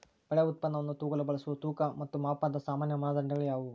ಬೆಳೆ ಉತ್ಪನ್ನವನ್ನು ತೂಗಲು ಬಳಸುವ ತೂಕ ಮತ್ತು ಮಾಪನದ ಸಾಮಾನ್ಯ ಮಾನದಂಡಗಳು ಯಾವುವು?